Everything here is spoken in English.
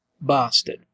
bastard